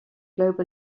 globe